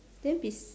then be